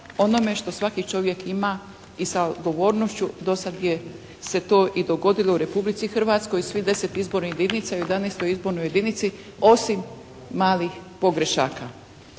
onome što svaki čovjek ima i sa odgovornošću do sada se to i dogodilo u Republici Hrvatskoj u svih 10 izbornih jedinica i u 11 izbornoj jedinici osim malih pogrešaka.